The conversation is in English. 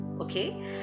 okay